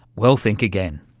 well, think again.